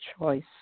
choice